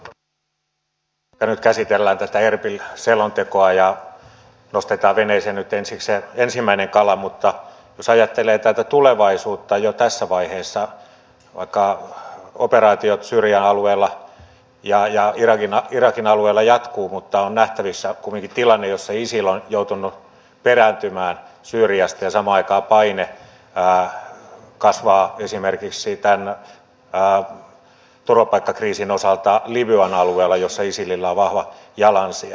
täällä nyt käsitellään tätä erbil selontekoa ja nostetaan veneeseen nyt ensiksi se ensimmäinen kala mutta jos ajattelee tulevaisuutta jo tässä vaiheessa niin vaikka operaatiot syyrian alueella ja irakin alueella jatkuvat on nähtävissä kumminkin tilanne jossa isil on joutunut perääntymään syyriasta ja samaan aikaan paine kasvaa esimerkiksi tämän turvapaikkakriisin osalta libyan alueella jossa isilillä on vahva jalansija